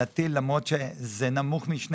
להטיל היטל בשיעור של 1.6% למרות שזה נמוך מ-2%.